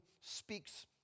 speaks